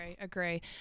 Agree